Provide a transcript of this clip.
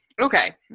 okay